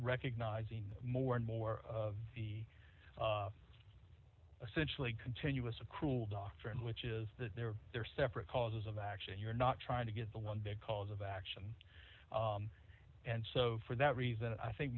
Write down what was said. recognizing more and more of the essentially continuous a cruel doctrine which is that they're they're separate causes of action you're not trying to get the one big cause of action and so for that reason i think